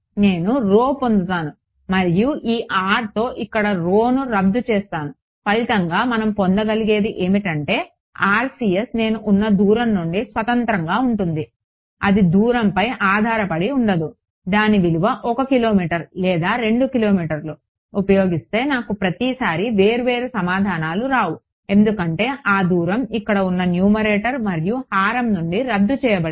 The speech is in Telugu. నేను పొందుతాను మరియు ఇది ఈ ఆర్తో ఇక్కడ ను రద్దు చేస్తాను ఫలితంగా మనం పొందగలిగేది ఏమిటంటే RCS నేను ఉన్న దూరం నుండి స్వతంత్రంగా ఉంటుంది అది దూరం పైన ఆధారపడి ఉండదు దాని విలువ 1 కిలోమీటరు లేదా 2 కిలోమీటరు ఉపయోగిస్తే నాకు ప్రతిసారీ వేర్వేరు సమాధానాలు రావు ఎందుకంటే ఆ దూరం ఇక్కడ ఉన్న న్యూమరేటర్ మరియు హారం నుండి రద్దు చేయబడింది